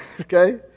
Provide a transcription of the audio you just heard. okay